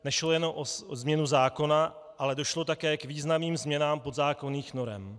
Nešlo jenom o změnu zákona, ale došlo také k významným změnám podzákonných norem.